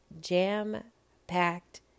jam-packed